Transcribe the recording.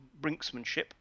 brinksmanship